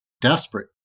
desperate